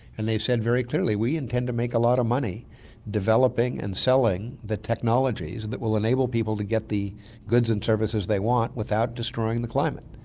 and they've said very clearly, we intend to make a lot of money developing and selling the technologies and that will enable people to get the goods and services they want without destroying the climate.